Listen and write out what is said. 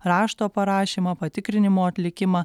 rašto parašymą patikrinimo atlikimą